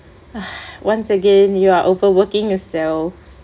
once again you are over working yourself